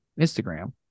Instagram